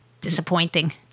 Disappointing